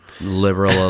Liberal